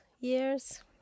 years